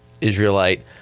Israelite